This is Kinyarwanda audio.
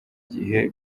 gihe